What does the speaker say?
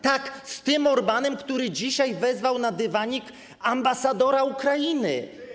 Tak, z tym Orbánem, który dzisiaj wezwał na dywanik ambasadora Ukrainy.